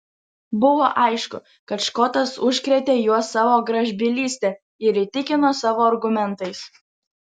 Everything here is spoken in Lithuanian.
buvo aišku kad škotas užkrėtė juos savo gražbylyste ir įtikino savo argumentais